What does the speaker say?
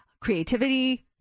creativity